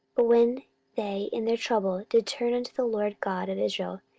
when they in their trouble did turn unto the lord god of israel,